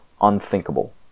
unthinkable